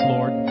Lord